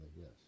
yes